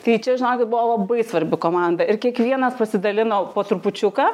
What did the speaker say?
tai čia žinok buvo labai svarbi komanda ir kiekvienas pasidalino po trupučiuką